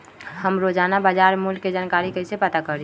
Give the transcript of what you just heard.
हम रोजाना बाजार मूल्य के जानकारी कईसे पता करी?